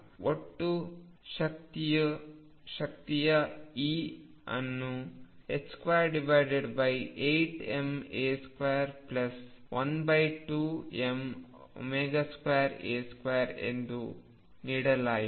ಒಟ್ಟು ಶಕ್ತಿಯ E ಅನ್ನು 28ma212m2a2 ಎಂದು ನೀಡಲಾಯಿತು